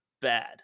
bad